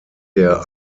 der